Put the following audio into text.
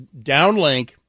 downlink